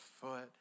foot